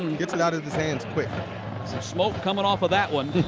gets it out of his hand quick. some smoke coming off ah that one.